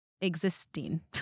existing